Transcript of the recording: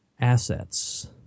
assets